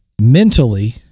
mentally